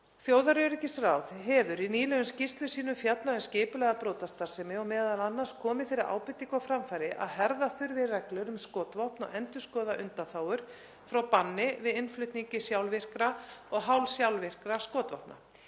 Þjóðaröryggisráð hefur í nýlegum skýrslum sínum fjallað um skipulagða brotastarfsemi og m.a. komið þeirri ábendingu á framfæri að herða þurfi reglur um skotvopn og endurskoða undanþágur frá banni við innflutningi sjálfvirkra og hálfsjálfvirkra skotvopna.